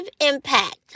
impact